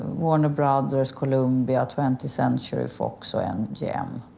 warner bros, columbia, twentieth century fox so and mgm.